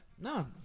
No